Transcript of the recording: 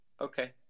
Okay